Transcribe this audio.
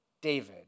David